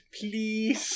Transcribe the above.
please